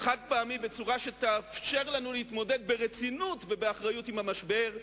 חד-פעמי בצורה שתאפשר לנו להתמודד ברצינות ובאחריות עם המשבר,